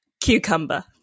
Cucumber